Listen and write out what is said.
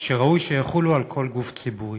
שראוי שיחולו על כל גוף ציבורי.